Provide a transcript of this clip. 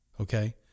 Okay